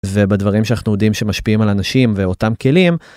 ובדברים שאנחנו יודעים שמשפיעים על אנשים ואותם כלים.